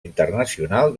internacional